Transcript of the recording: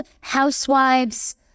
housewives